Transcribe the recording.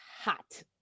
hot